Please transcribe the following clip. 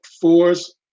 force